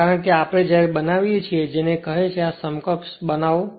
કારણ કે જ્યારે આપણે બનાવીએ છીએ જેને કહે છે આને સમકક્ષ આ બનાવો